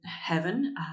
heaven